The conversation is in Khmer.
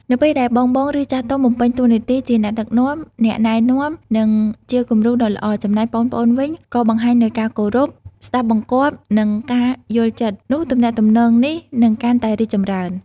នៅពេលដែលបងៗ ឬចាស់ទុំបំពេញតួនាទីជាអ្នកដឹកនាំ អ្នកណែនាំ និងជាគំរូដ៏ល្អ ចំណែកប្អូនៗវិញក៏បង្ហាញនូវការគោរព ស្ដាប់បង្គាប់ និងការយល់ចិត្ត នោះទំនាក់ទំនងនេះនឹងកាន់តែរីកចម្រើន។